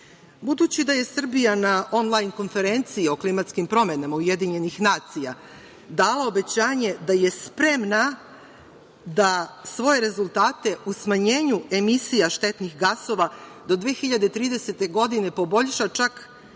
da je Srbija na onlajn konferenciji o klimatskim promenama Ujedinjenih nacija dala obećanje da je spremna da svoje rezultate u smanjenju emisija štetnih gasova do 2030. godine poboljša čak